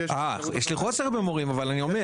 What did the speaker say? יש לי חוסר במורים, אבל אני אומר.